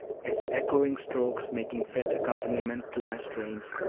its echoing strokes making fit accompaniment to my strains,